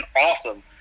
awesome